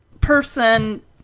person